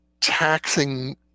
taxing